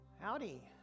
Howdy